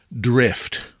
drift